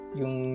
yung